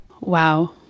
Wow